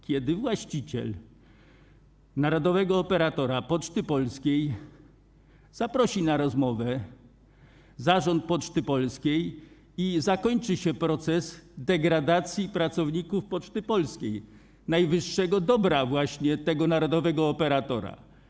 Kiedy właściciel narodowego operatora Poczty Polskiej zaprosi na rozmowę Zarząd Poczty Polskiej i zakończy się proces degradacji pracowników Poczty Polskiej, najwyższego dobra właśnie tego narodowego operatora?